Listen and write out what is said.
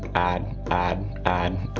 add, add, add,